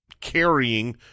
carrying